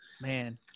man